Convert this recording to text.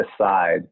aside